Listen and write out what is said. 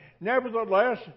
nevertheless